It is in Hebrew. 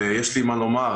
במשך שנים אלו היו אמות המידה.